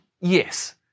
Yes